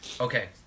Okay